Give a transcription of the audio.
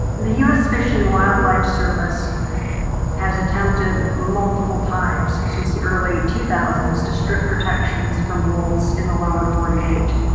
the us fish and wildlife service has attempted multiple times since the early two thousand s to strip protections from wolves in the lower forty eight.